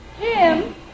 Jim